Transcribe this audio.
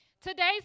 Today's